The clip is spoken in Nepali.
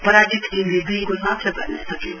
पराजित टीमले दुई गोल मात्र गर्न सक्यो